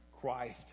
Christ